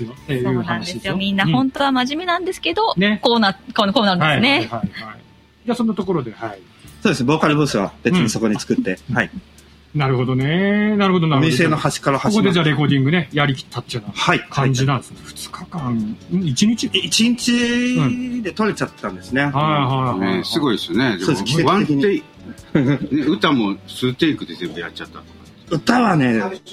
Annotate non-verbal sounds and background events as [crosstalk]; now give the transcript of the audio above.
っていう話ですよ。そうなんですよ。みんな本当は真面目なんですけど、うん。ね。こうな- こう- こうなんですね。はいはいはいはい。じゃあ、そんなところで、はい。そうです。ボーカルブースは別にそこに作って。うん。はい。 [laughs] なるほどね。なるほどなるほど。 お店の端から端まで。ここでじゃあレコーディングね、やりきったっていうようなはい。感じなんですね。はい。はい。二日間。うん、一日？え、一日で撮れちゃったんですね。うん。はいはいはいはい。ね、すごいですよね。でも、そうです。奇跡的に。 [laughs] ワンテイク。ね、歌も数テイクで全部やっちゃったとか。 [laughs] 歌はね、